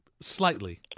slightly